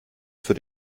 für